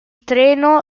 treno